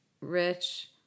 Rich